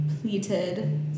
pleated